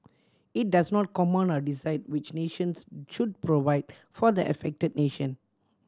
it does not command or decide which nations should provide for the affected nation